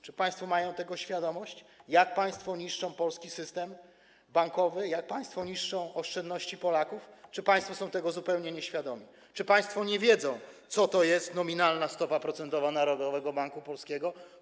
Czy państwo mają tego świadomość, jak państwo niszczą polski system bankowy, jak państwo niszczą oszczędności Polaków, czy państwo są tego zupełnie nieświadomi, czy państwo nie wiedzą, co to jest nominalna stopa procentowa Narodowego Banku Polskiego?